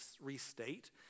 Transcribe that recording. restate